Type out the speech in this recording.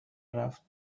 رفت